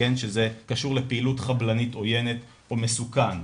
שזה קשור לפעילות חבלנית עוינת או מסוכן,